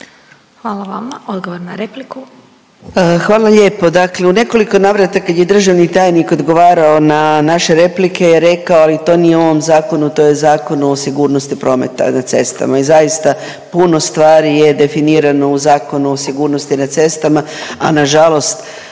pravo. Odgovor na repliku